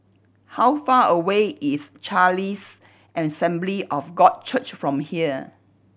how far away is Charis Assembly of God Church from here